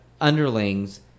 underlings